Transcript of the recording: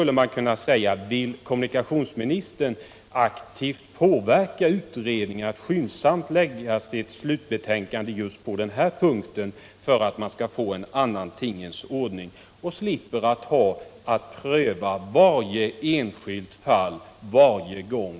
Låt mig fråga: Vill kommunikationsministern aktivt påverka utredningen att skyndsamt lägga fram sitt slutbetänkande just på denna punkt för att man skall få en annan tingens ordning till stånd och slippa pröva varje enskilt fall varje gång?